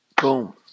boom